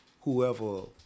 whoever